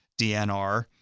DNR